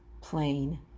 plain